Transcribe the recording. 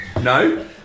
No